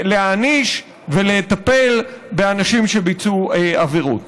להעניש ולטפל באנשים שביצעו עבירות.